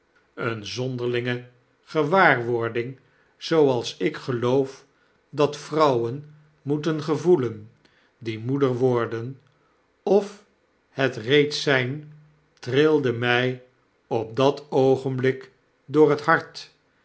eene zonderlinge gewaarwording zooals ik trottle zegeviert geloof dat vrouwen moeten gevoelen die moeder worden of het reeds zp trilde mij op dat oogenblik door het hart